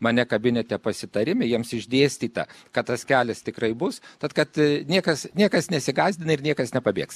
mane kabinete pasitarime jiems išdėstyta kad tas kelias tikrai bus tad kad niekas niekas nesigąsdina ir niekas nepabėgs